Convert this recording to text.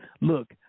look